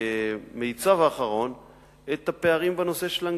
במיצ"ב האחרון את הפערים בנושא של אנגלית.